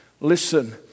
Listen